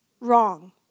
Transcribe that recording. Wrong